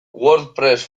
wordpress